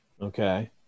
Okay